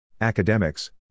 Academics